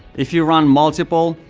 if you run multiple,